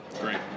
Great